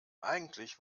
eigentlich